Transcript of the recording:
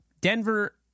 Denver